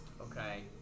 Okay